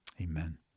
amen